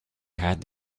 had